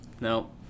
no